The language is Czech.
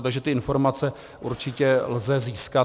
Takže ty informace určitě lze získat.